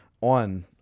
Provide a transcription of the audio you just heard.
on